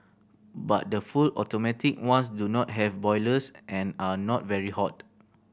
but the full automatic ones do not have boilers and are not very hot